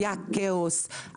היה כאוס.